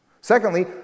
Secondly